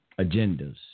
agendas